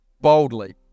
boldly